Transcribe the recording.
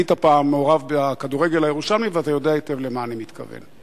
היית פעם מעורב בכדורגל הירושלמי ואתה יודע היטב למה אני מתכוון.